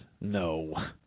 No